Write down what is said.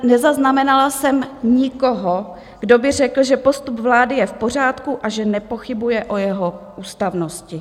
Nezaznamenala jsem nikoho, kdo by řekl, že postup vlády je v pořádku a že nepochybuje o jeho ústavnosti.